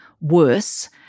worse